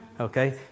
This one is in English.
Okay